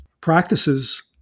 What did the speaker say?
practices